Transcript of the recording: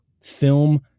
film